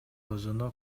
өзүнө